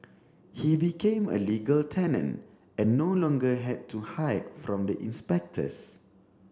he became a legal tenant and no longer had to hide from the inspectors